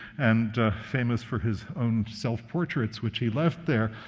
and famous for his own self-portraits which he left there,